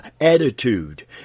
attitude